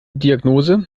diagnose